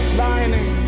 lining